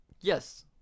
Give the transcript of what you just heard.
Yes